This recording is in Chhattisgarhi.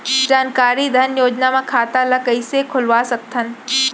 जानकारी धन योजना म खाता ल कइसे खोलवा सकथन?